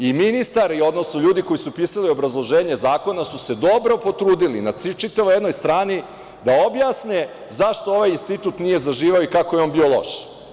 I ministar, odnosno ljudi koji su pisali obrazloženje zakona, su se dobro potrudili, na čitavoj jednoj strani, da objasne zašto ovaj institut nije zaživeo i kako je on bio loš.